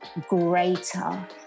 greater